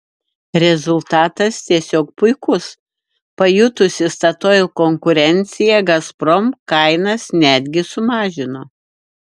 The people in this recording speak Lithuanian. rezultatas tiesiog puikus pajutusi statoil konkurenciją gazprom kainas netgi sumažino